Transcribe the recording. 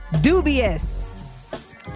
dubious